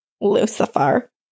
Lucifer